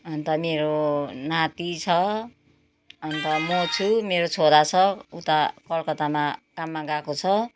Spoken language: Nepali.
अन्त मेरो नाती छ अन्त म छु मेरो छोरा छ उता कलकत्तामा काममा गएको छ